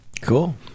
Cool